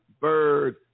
Bird